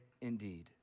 indeed